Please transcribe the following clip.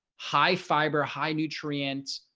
high fiber, high nutrients,